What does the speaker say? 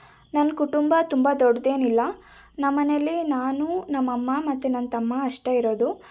ನನ್ನ ಕುಟುಂಬ ತುಂಬ ದೊಡ್ಡದೇನಿಲ್ಲ ನಮ್ಮನೆಯಲ್ಲಿ ನಾನು ನಮ್ಮಮ್ಮ ಮತ್ತು ನನ್ನ ತಮ್ಮ ಅಷ್ಟೇ ಇರೋದು